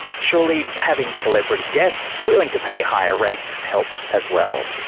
surely having celebrity guests willing to pay higher rates helps as well.